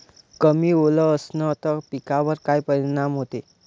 कमी ओल असनं त पिकावर काय परिनाम होते?